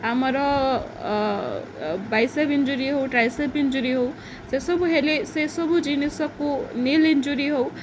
ଆମର bicep injury ହଉ tricep injury ହଉ ସେସବୁ ହେଲେ ସେସବୁ ଜିନିଷକୁ ନୀଲ୍ ଇଞ୍ଜୁୁରୀ ହଉ